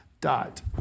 dot